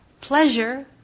pleasure